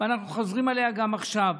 ואנחנו חוזרים עליה גם עכשיו,